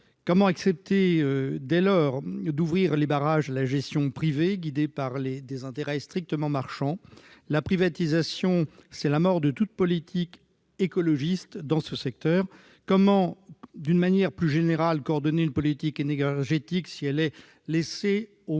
Comment accepter, dès lors, de confier les barrages à la gestion privée, guidée par des intérêts strictement marchands ? La privatisation, c'est la mort de toute politique écologiste dans ce secteur. Comment, d'une manière plus générale, coordonner une politique énergétique si elle est laissée au